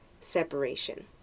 separation